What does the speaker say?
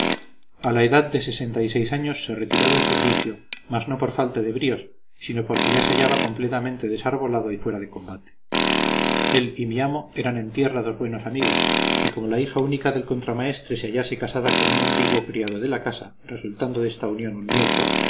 de sesenta y seis años se retiró del servicio mas no por falta de bríos sino porque ya se hallaba completamente desarbolado y fuera de combate él y mi amo eran en tierra dos buenos amigos y como la hija única del contramaestre se hallase casada con un antiguo criado de la casa resultando de esta unión un nieto